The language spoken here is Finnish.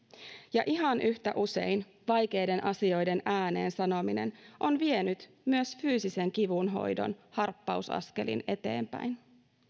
ja ihan yhtä usein vaikeiden asioiden ääneen sanominen on vienyt myös fyysisen kivun hoidon harppausaskelin eteenpäin